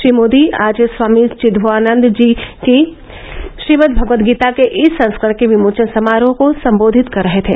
श्री मोदी आज स्वामी चिद्भवानंदजी की श्रीमदभगवदगीता के ई संस्करण के विमोचन समारोह को संबोधित कर रहे थे